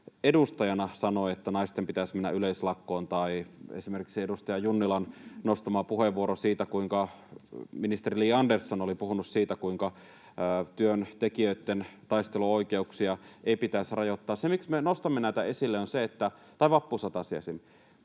edustajana sanoi, että naisten pitäisi mennä yleislakkoon, tai esimerkiksi edustaja Junnilan nostama puheenvuoro siitä, kuinka ministeri Li Andersson oli puhunut siitä, kuinka työntekijöitten taisteluoikeuksia ei pitäisi rajoittaa, tai esimerkiksi vappusatanen,